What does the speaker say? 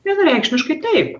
vienareikšmiškai taip